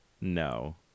No